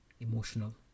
emotional